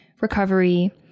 recovery